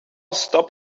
stop